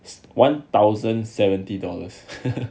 one thousand seventy dollars